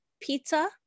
pizza